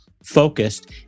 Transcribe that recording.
focused